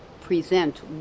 present